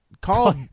call